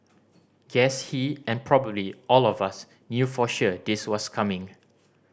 guess he and probably all of us knew for sure this was coming